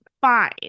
fine